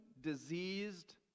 diseased